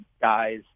guys